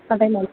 പട്ടയം വേണം